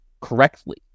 correctly